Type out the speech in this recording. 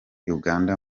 uganda